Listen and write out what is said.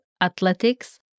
Athletics